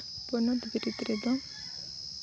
ᱯᱚᱱᱚᱛ ᱵᱤᱨᱤᱫᱽ ᱨᱮᱫᱚ